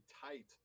tight